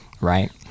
right